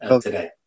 today